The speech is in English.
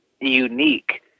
unique